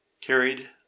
carried